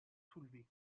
soulevée